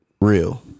Real